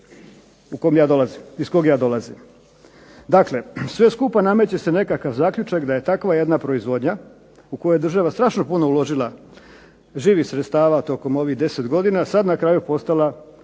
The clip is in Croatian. prostora iz kojega ja dolazim. Dakle, sve skupa nameće se nekakav zaključak da je takva jedna proizvodnja u kojoj je država strašno puno uložila živih sredstava tokom ovih 10 godina, sad na kraju postala